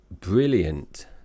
brilliant